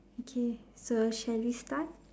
okay so shall we start